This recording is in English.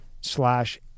slash